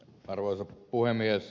arvoisa puhemies